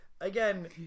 Again